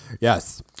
Yes